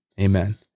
Amen